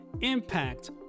impact